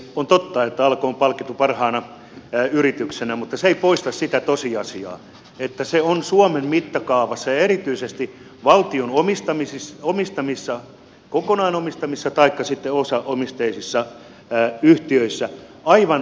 on totta että alko on palkittu parhaana yrityksenä mutta se ei poista sitä tosiasiaa että se on suomen mittakaavassa ja erityisesti valtion kokonaan omistamissa taikka sitten osaomisteisissa yhtiöissä aivan oma lukunsa